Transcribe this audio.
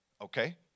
Okay